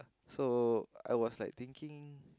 so I was like thinking